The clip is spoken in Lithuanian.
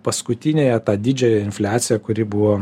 paskutiniąją tą didžiąją infliaciją kuri buvo